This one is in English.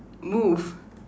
move